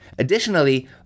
Additionally